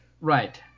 Right